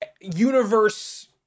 universe